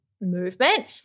movement